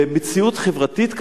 במציאות חברתית כזאת,